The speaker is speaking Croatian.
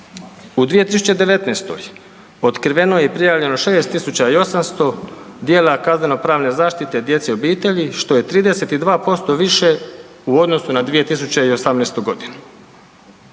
U 2019. otkriveno je i prijavljeno 6800 djela kazneno pravne zaštite djece i obitelji, što je 32% više u odnosu na 2018.g..